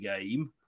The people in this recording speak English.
game